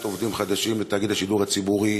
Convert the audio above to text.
עובדים חדשים לתאגיד השידור הציבורי,